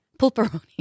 Pulperoni